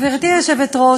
גברתי היושבת-ראש,